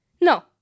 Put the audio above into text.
No